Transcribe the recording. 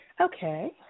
Okay